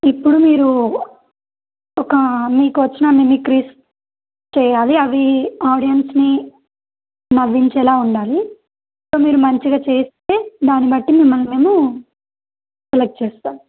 ఇప్పుడు మీరు ఒక మీకోచ్చిన మిమిక్రిస్ చేయ్యాలి అవి ఆడియన్స్ని నవ్వించేలా ఉండాలి సో మీరు మంచిగా చేస్తే దాన్ని బట్టి మిమల్ని మేము సెలెక్ట్ చేస్తాం